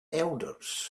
elders